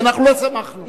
ואנחנו לא שמחנו.